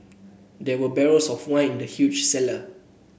there were barrels of wine in the huge cellar